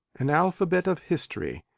an alphabet of history,